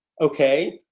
okay